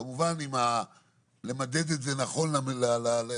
כמובן למדד את זה נכון להיום,